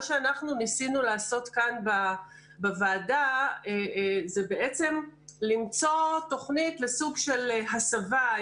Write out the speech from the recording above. מה שניסינו לעשות בוועדה היה בעצם למצוא תוכנית לסוג של הסבה.